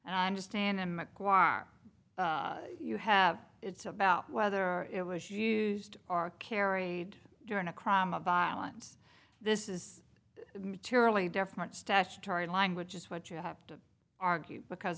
and i understand and mcquarrie you have it's about whether it was used are carried during a crime of violence this is materially different statutory language is what you have to argue because